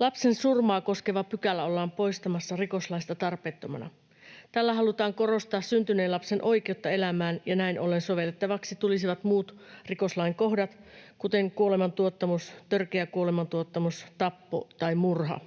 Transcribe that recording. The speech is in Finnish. Lapsensurmaa koskeva pykälä ollaan poistamassa rikoslaista tarpeettomana. Tällä halutaan korostaa syntyneen lapsen oikeutta elämään, ja näin ollen sovellettavaksi tulisivat muut rikoslain kohdat, kuten kuolemantuottamus, törkeä kuolemantuottamus, tappo tai murha.